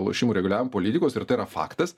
lošimų reguliavimo politikos ir tai yra faktas